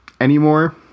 anymore